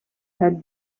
had